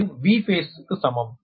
இது Vphaseசமம்